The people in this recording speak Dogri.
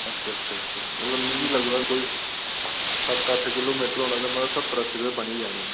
अच्छा अच्छा मतलब मिगी लगदा कोई सत्त अट्ठ किलेमिटर होना ते कोई सत्तर अस्सी रुपये बनी गै जाने न